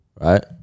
Right